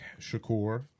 Shakur